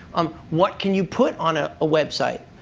um what can you put on a website,